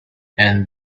and